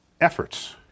efforts